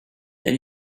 then